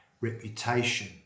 reputation